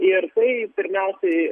ir tai pirmiausiai